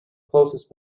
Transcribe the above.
closest